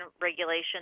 regulation